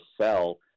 sell –